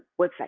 website